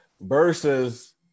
versus